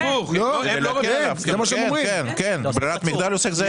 כן, ברירת המחדל עוסק זעיר.